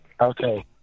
Okay